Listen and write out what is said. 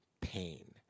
pain